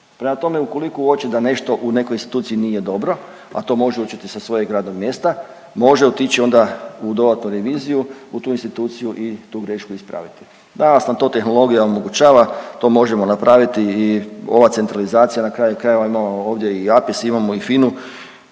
Prema tome ukoliko uoči da nešto u nekoj instituciji nije dobro, a to može uočiti sa svojeg radnog mjesta, može otići onda u dodatnu reviziju u tu instituciju i tu grešku ispraviti. Danas nam to tehnologija omogućava, to možemo napraviti i ova centralizacija na kraju krajeva, imamo ovdje i APIS, imamo i FINA-u